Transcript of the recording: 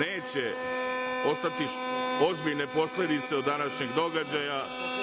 neće ostati ozbiljne posledice od današnjeg događaja.